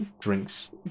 drinks